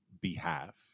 behalf